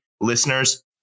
listeners